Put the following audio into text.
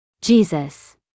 Jesus